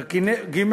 ג.